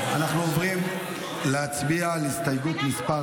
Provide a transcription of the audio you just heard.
אנחנו עוברים להצביע על הסתייגות מס'